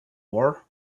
war